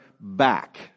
back